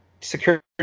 security